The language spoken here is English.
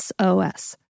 SOS